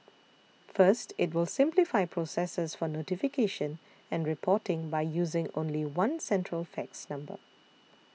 first it will simplify processes for notification and reporting by using only one central fax number